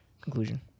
conclusion